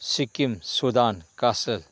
ꯁꯤꯀꯤꯝ ꯁꯨꯗꯥꯟ ꯀꯥꯁꯔ